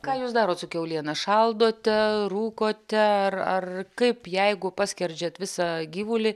ką jūs darot su kiauliena šaldote rūkote ar ar kaip jeigu paskerdžiat visą gyvulį